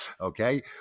okay